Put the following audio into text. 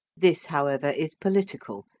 this, however, is political,